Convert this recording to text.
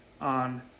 on